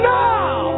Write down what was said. now